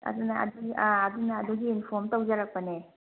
ꯑꯗꯨꯅ ꯑꯗꯨꯅ ꯑꯗꯨꯅ ꯑꯗꯨꯒꯤ ꯏꯟꯐꯣꯝ ꯇꯧꯖꯔꯛꯄꯅꯦ